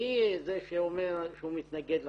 מי זה שאומר שהוא מתנגד לחשיפה?